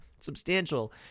substantial